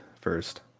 first